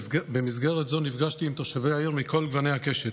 ובמסגרת זו נפגשתי עם תושבי העיר מכל גוני הקשת,